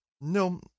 No